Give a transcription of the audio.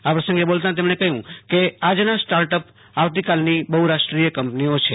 આ પ્રસંગે બોલતાં તેમણે કહ્યું કે આજના સ્ટાર્ટ અપ આવતીકાલની બહુરાષ્ટ્રીય કેપેનીઓ છે